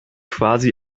quasi